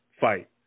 fight